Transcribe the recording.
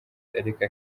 areka